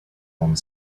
home